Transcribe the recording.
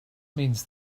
means